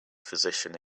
physician